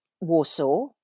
Warsaw